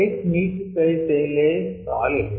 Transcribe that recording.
ice నీటి పై తేలే సాలిడ్